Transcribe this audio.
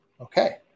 Okay